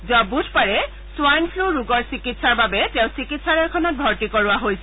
যোৱা বুধবাৰে swine flu ৰোগৰ চিকিৎসাৰ বাবে তেওঁক চিকিংসালয়খনত ভৰ্তি কৰোৱা হৈছিল